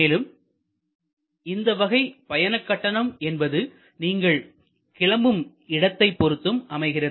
மேலும் இந்த வகை பயணக்கட்டணம் என்பது நீங்கள் கிளம்பும் இடத்தைப் பொருத்தும் அமைகிறது